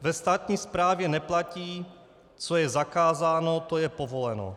Ve státní správě neplatí, co je zakázáno, to je povoleno.